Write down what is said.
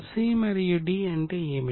C మరియు D అంటే ఏమిటి